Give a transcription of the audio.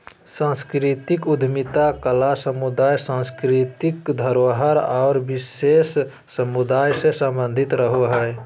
सांस्कृतिक उद्यमिता कला समुदाय, सांस्कृतिक धरोहर आर विशेष समुदाय से सम्बंधित रहो हय